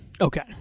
Okay